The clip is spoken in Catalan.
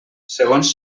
segons